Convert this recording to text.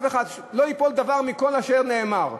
לא ייפול דבר מכל אשר נאמר.